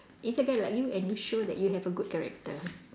it's okay like you and you show that you have a good character